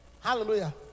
Hallelujah